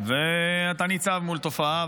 אתה ניצב מול תופעה,